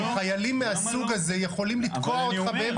-- אם חיילים מהסוג הזה יכולים לתקוע אותך באמצע קרב.